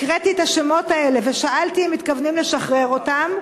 הקראתי את השמות האלה ושאלתי אם מתכוונים לשחרר אותם,